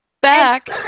back